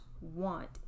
want